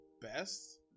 best